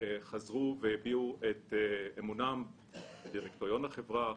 חזרו והביעו את אמונם בדירקטוריון החברה.